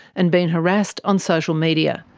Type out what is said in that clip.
and been harassed on social media.